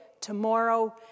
tomorrow